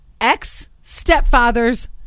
ex-stepfather's